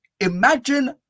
imagine